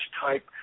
type